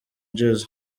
jazz